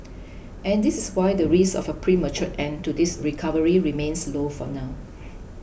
and this is why the risk of a premature end to this recovery remains low for now